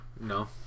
no